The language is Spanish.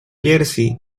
jersey